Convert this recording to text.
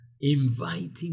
inviting